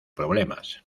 problemas